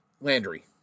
Landry